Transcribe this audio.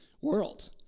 world